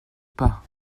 pas